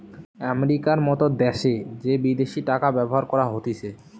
আমেরিকার মত দ্যাশে যে বিদেশি টাকা ব্যবহার করা হতিছে